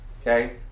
Okay